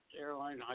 airline